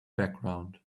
background